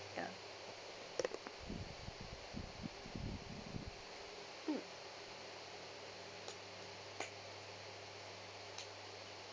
ya mm